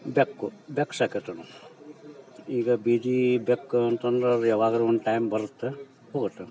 ಬೆಕ್ಕು ಬೆಕ್ಕು ಸಾಕಿರ್ತೇವೆ ನಾವು ಈಗ ಬೀದಿ ಬೆಕ್ಕು ಅಂತಂದ್ರೆ ಅದು ಯಾವಾಗಾರ ಒಂದು ಟೈಮ್ ಬರುತ್ತೆ ಹೋಗುತ್ತೆ